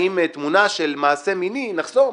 האם תמונה של מעשה מיני נחסום?